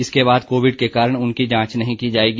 इसके बाद कोविड के कारण उनकी जांच नहीं की जायेगी